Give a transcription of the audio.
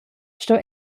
sto